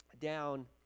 down